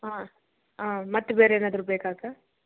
ಹಾಂ ಹಾಂ ಮತ್ತು ಬೇರೆ ಏನಾದರೂ ಬೇಕಾ ಅಕ್ಕ